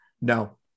No